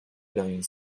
blowing